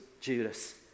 Judas